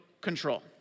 control